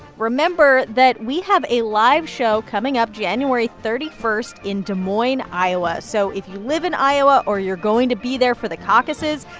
remember that we have a live show coming up january thirty one in des moines, iowa. so if you live in iowa or you're going to be there for the caucuses,